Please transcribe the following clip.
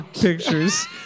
pictures